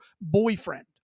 boyfriend